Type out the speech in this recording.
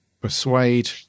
persuade